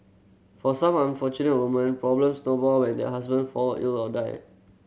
for some unfortunate women problems snowball when their husband fall ill or die